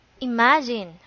imagine